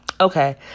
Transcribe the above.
Okay